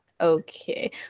Okay